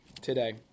today